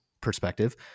perspective